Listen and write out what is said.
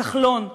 כחלון ובנט.